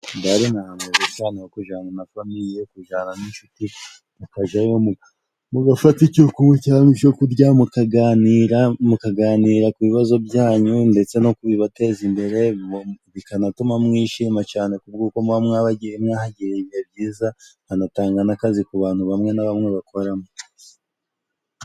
Bare ni ahantu heza ho kujana na famiye, kujana n'inshuti mukajayo mugafata icyo kunywa cangwa ibyo kurya, mukaganira mukaganira ku bibazo byanyu, ndetse no kubibateza imbere bikanatuma mwishima cane kubw' uko muba mwagiye mwahagiriye ibihe byiza, hakanatanga n'akazi ku bantu bamwe na bamwe bakoramo.